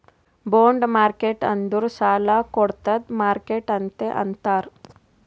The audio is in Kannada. ಬೊಂಡ್ ಮಾರ್ಕೆಟ್ ಅಂದುರ್ ಸಾಲಾ ಕೊಡ್ಡದ್ ಮಾರ್ಕೆಟ್ ಅಂತೆ ಅಂತಾರ್